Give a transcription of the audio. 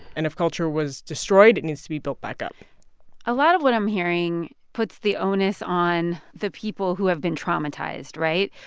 and if culture was destroyed, it needs to be built back up a lot of what i'm hearing puts the onus on the people who have been traumatized, right?